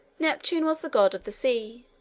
neptune was the god of the sea.